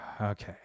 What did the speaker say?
Okay